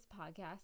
podcast